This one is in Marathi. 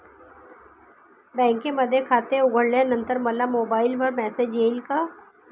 बँकेमध्ये खाते उघडल्यानंतर मला मोबाईलवर मेसेज येईल का?